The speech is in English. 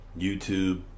YouTube